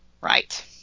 Right